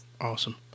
Awesome